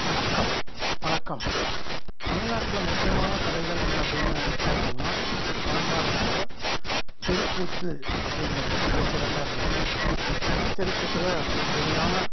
வணக்கம் வணக்கம் தமிழ்நாட்டில் முக்கியமான கலைகள் அப்படின்னு பார்த்தோம்னா பழங்காலத்தில் தெருக்கூத்து அப்படிங்கிறது மிகச்சிறப்பாக இருந்திருக்கு தெருக்கூத்தில் கடுமையான